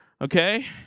Okay